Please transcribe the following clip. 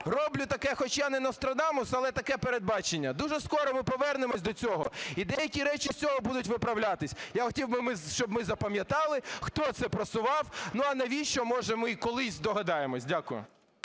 роблю таке, хоча я не Нострадамус, але таке передбачення: дуже скоро ми повернемося до цього і деякі речі з цього будуть виправлятися. Я хотів би, щоб ми запам'ятали, хто це просував, ну а навіщо, може, ми колись здогадаємося. Дякую.